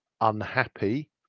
unhappy